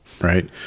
right